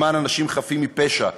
למען אנשים חפים מפשע,